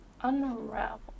Unravel